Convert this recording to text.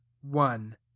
one